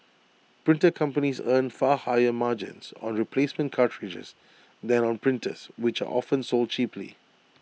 printer companies earn far higher margins on replacement cartridges than on printers which are often sold cheaply